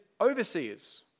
overseers